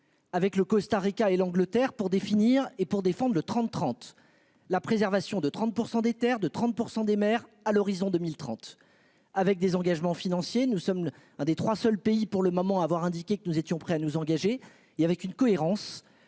Avec le Costa Rica et l'Angleterre pour définir et pour défendre le 30 30, la préservation de 30% des Terres de 30% des mères à l'horizon 2030, avec des engagements financiers nous sommes l'un des 3 seuls pays pour le moment avoir indiqué que nous étions prêts à nous engager, il y avait une cohérence